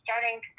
starting